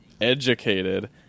educated